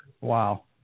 Wow